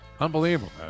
Unbelievable